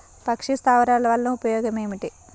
పక్షి స్థావరాలు వలన ఉపయోగం ఏమిటి?